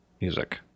music